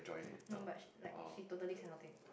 no but she like she totally cannot take